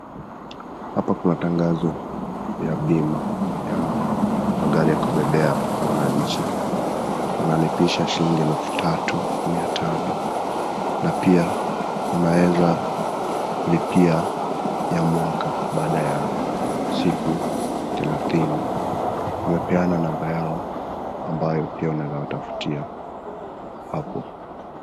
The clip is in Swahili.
Hapa kuna tangazo ya bima ya magari ya kubebea wananchi. Wanalipisha shilingi elfu tatu mia tano na pia, unaweza lipia ya mwaka baada ya siku thelathini. Wamepeana namba yao ambayo pia unaweza watafutia hapo.